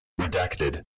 Redacted